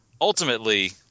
ultimately